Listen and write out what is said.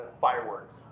fireworks